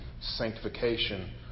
sanctification